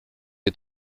est